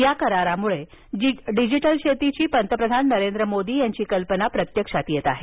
या करारामुळे डिजिटल शेतीची पंतप्रधान नरेंद्र मोदी यांची कल्पना प्रत्यक्षात येत आहे